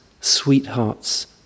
sweethearts